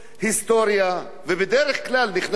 בדרך כלל נכנסים להיסטוריה כדי לעשות